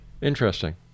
Interesting